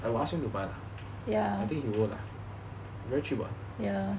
I will ask him to buy lah I think he will lah